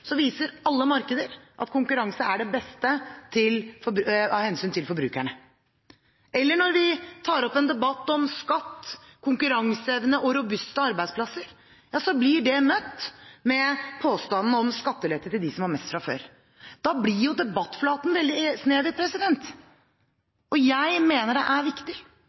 viser det seg at konkurranse er det beste i alle markeder av hensyn til forbrukerne. Og når vi tar opp en debatt om skatt, konkurranseevne og robuste arbeidsplasser, blir det møtt med påstanden om skattelette til dem som har mest fra før. Da blir jo debattflaten veldig snever. Jeg mener det er viktig